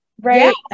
Right